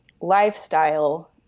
lifestyle